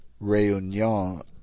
Réunion